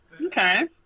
Okay